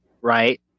right